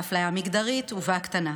באפליה מגדרית ובהקטנה.